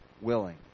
willing